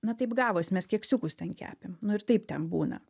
na taip gavos mes keksiukus ten kepėm nu ir taip ten būna